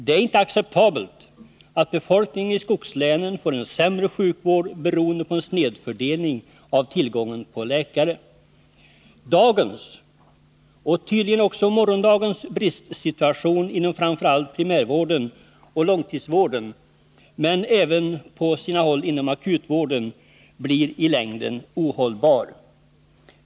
Det är inte acceptabelt att befolkningen i skogslänen får en sämre sjukvård beroende på en snedfördelning av tillgången på läkare. Dagens och tydligen också morgondagens bristsituation inom framför allt primärvården och långtidsvården men även på sina håll inom akutvården blir ilängden ohållbar.